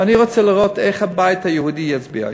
אני רוצה לראות איך הבית היהודי יצביע היום.